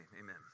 amen